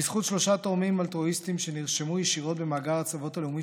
בזכות שלושה תורמים אלטרואיסטים שנרשמו ישירות במאגר ההצלבות הלאומי